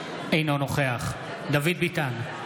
אינו נוכח דוד ביטן,